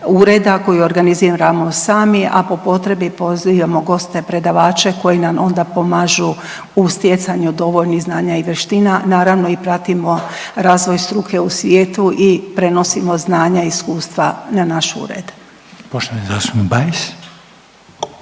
koji organiziramo sami, a po potrebi pozivamo goste predavače koji nam onda pomažu u stjecanju dovoljnih znanja i vještina, naravno i pratimo razvoj struke u svijetu i prenosimo znanja i iskustva na naš ured. **Reiner, Željko